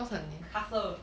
castle